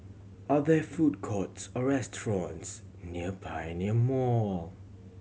are there food courts or restaurants near Pioneer Mall